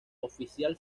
oficial